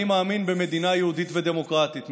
אני מאמין במדינה יהודית ודמוקרטית,